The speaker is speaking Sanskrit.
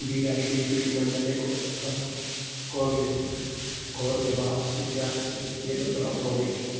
बी ऐ डी ब्रिड् मण्डले कुत्र अहं कोर्बेवेक्स् कोर्बेवाक्स् व्याक्सीन् इत्येतत् प्राप्नोमि